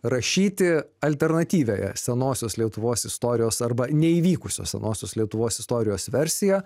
rašyti alternatyviąją senosios lietuvos istorijos arba neįvykusios senosios lietuvos istorijos versiją